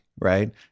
Right